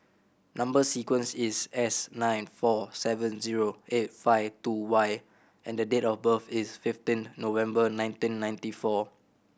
number sequence is S nine four seven zero eight five two Y and the date of birth is fifteen November nineteen ninety four